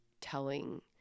telling